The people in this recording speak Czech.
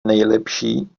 nejlepší